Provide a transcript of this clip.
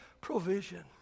provision